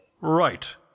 Right